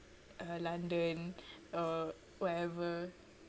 uh london or wherever